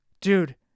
dude